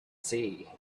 see